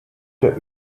der